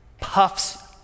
puffs